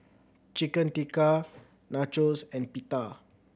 Chicken Tikka Nachos and Pita